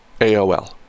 AOL